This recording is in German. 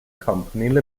company